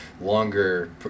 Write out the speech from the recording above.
longer